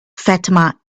fatima